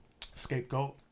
scapegoat